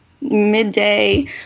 midday